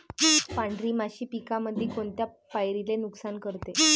पांढरी माशी पिकामंदी कोनत्या पायरीले नुकसान करते?